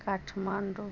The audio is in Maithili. काठमांडू